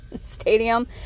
stadium